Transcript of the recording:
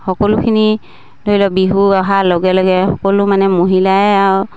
সকলোখিনি ধৰি লওক বিহু অহাৰ লগে লগে সকলো মানে মহিলাই আৰু